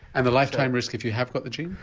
and the lifetime risk if you have got the gene?